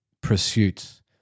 pursuits